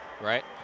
right